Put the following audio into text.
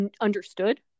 understood